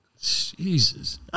Jesus